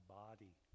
body